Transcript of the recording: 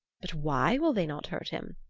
but why will they not hurt him?